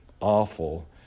awful